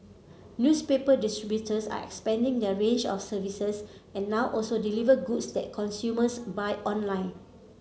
newspaper distributors are expanding their range of services and now also deliver goods that consumers buy online